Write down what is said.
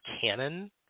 canon